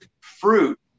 fruit